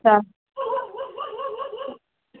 sir